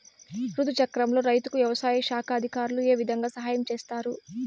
రుతు చక్రంలో రైతుకు వ్యవసాయ శాఖ అధికారులు ఏ విధంగా సహాయం చేస్తారు?